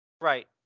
Right